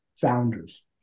founders